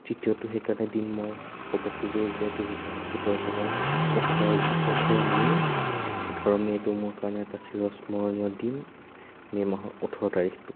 তৃতীয়টো সেইকাৰণে দিন মই ক'ব খোজো যে দুহেজাৰ সোতৰ চনৰ ওঠৰ জুন ওঠৰ মে' ওঠৰ মে'টো মোৰ কাৰণে এটা চিৰস্মৰণীয় দিন মে' মাহৰ ওঠৰ তাৰিখটো